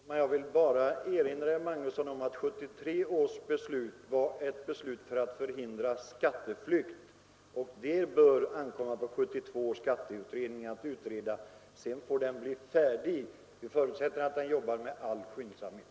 Herr talman! Jag vill bara erinra herr Magnusson i Borås om att 1973 års beslut var ett beslut för att förhindra skatteflykt, och det bör ankomma på 1972 års skatteutredning att utreda frågan. Vi förutsätter att den arbetar med all skyndsamhet.